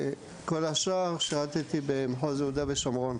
וכל השאר במחוז יהודה ושומרון.